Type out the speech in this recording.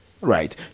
right